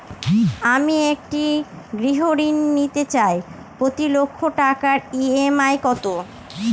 আমি একটি গৃহঋণ নিতে চাই প্রতি লক্ষ টাকার ই.এম.আই কত?